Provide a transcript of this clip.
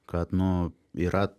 kad nu yra